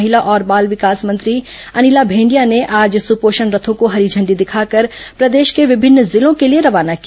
महिला और बाल विकास मंत्री अनिला भेंडिया ने आज सुपोषण रथों को हरी झण्डी दिखाकर प्रदेश के विभिन्न जिलों के लिए रवाना किया